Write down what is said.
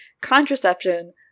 contraception